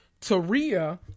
Taria